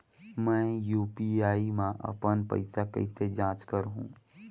मैं यू.पी.आई मा अपन पइसा कइसे जांच करहु?